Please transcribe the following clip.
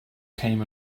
came